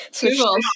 Google